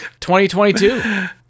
2022